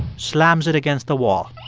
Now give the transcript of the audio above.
slams it against the wall